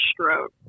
stroke